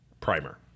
Primer